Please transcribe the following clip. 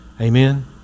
amen